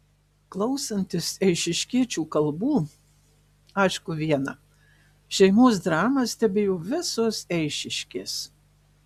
klausantis eišiškiečių kalbų aišku viena šeimos dramą stebėjo visos eišiškės